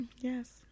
yes